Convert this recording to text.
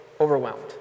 overwhelmed